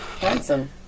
handsome